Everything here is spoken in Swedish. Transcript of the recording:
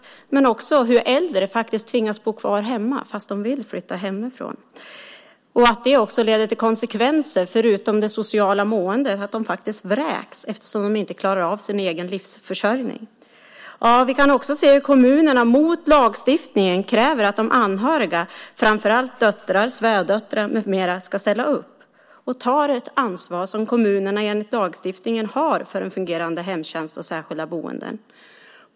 Men vi kan också se hur äldre tvingas bo kvar hemma, fast de vill flytta hemifrån, och att det får konsekvenser, förutom för den sociala hälsan, som att de vräks eftersom de inte klarar av sin egen försörjning. Vi kan också se hur kommunerna mot lagstiftningen kräver att de anhöriga, framför allt döttrar, svärdöttrar med flera, ska ställa upp och ta ett ansvar som kommunerna enligt lagstiftningen har för en fungerande hemtjänst och särskilda boenden.